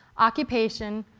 occupation,